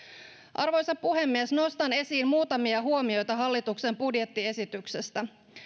arvoisa puhemies nostan esiin muutamia huomioita hallituksen budjettiesityksestä